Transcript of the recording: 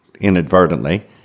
inadvertently